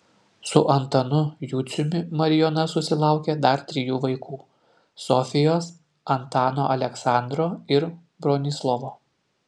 su antanu juciumi marijona susilaukė dar trijų vaikų sofijos antano aleksandro ir bronislovo